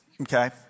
okay